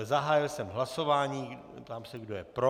Zahájil jsem hlasování a ptám se, kdo je pro.